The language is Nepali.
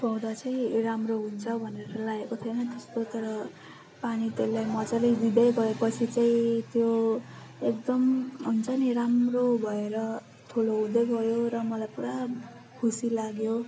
यो पौधा चाहिँ राम्रो हुन्छ भनेर लागेको थिएन त्यस्तो तर पानी त्यसलाई मज्जाले दिदैँ गएपछि चाहिँ त्यो एकदम हुन्छ नि राम्रो भएर ठुलो हुँदै गयो र मलाई पुरा खुसी लाग्यो